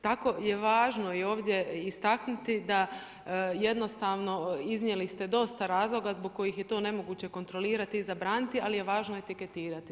Tako je važno i ovdje istaknuti da jednostavno iznijeli ste dosta razloga zbog kojih je to nemoguće kontrolirati i zabraniti, ali je važno etiketirati.